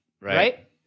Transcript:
Right